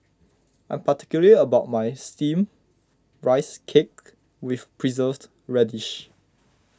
I am particular about my Steamed Rice Cake with Preserved Radish